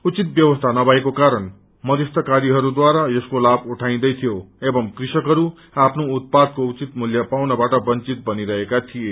उचित ब्यवस्था नभएको कारण मध्यस्थकारीहरूद्वारा यसको लाभ उठाइँदैथ्यो एंव कृषकहरू आफ्नो उतपादको उचित मूल्य पाउनबाट बंचित बनिरहेका थिए